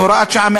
הוראת השעה,